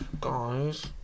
Guys